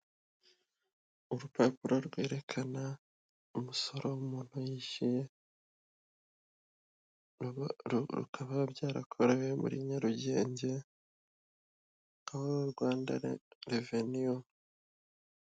Urupapuro rwerekana umusoro w'umuntu yishyuye, bikaba byarakorewe muri Nyarugenge, aho Rwanda reveniyu.